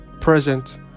present